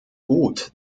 gut